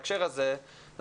בבקשה.